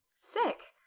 sick?